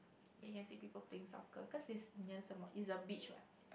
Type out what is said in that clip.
then you can see people playing soccer cause it's near Sem~ it's a beach what